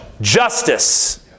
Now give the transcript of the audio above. Justice